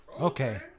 Okay